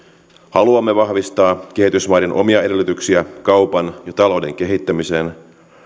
haluamme vahvistaa kehitysmaiden omia edellytyksiä kaupan ja talouden kehittämiseen